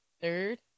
third